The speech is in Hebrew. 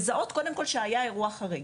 הן אמורות לזהות קודם כל שהיה אירוע חריג,